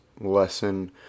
lesson